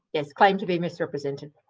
yes, claim to be misrepresented.